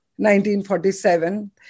1947